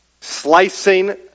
slicing